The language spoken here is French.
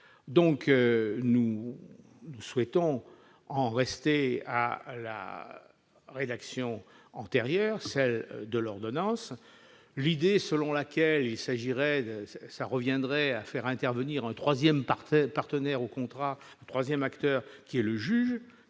donc nous souhaitons en rester à la rédaction antérieure, celle de l'ordonnance l'idée selon laquelle il s'agirait d'Essat reviendrait à faire intervenir un 3ème parti partenaire au contrat 3ème acteur, qui est le juge